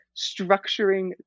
structuring